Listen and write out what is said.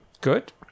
good